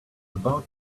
about